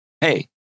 hey